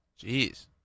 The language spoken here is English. Jeez